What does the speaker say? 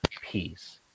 peace